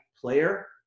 player